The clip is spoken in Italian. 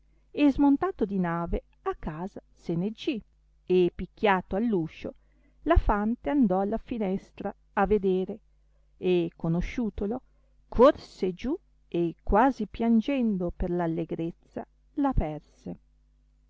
e smontato di nave a casa se ne gì e picchiato all'uscio la fante andò alla finestra a vedere e conosciutolo corse giù e quasi piangendo per l'allegrezza